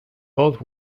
both